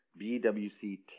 BWC